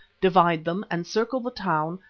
divide them, encircle the town,